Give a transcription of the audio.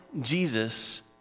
Jesus